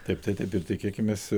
taip tai taip ir tikėkimės